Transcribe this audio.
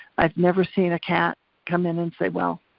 i've never seen a cat come in and say, well,